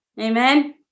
Amen